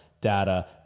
data